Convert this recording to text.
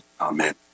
Amen